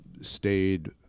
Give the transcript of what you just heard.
stayed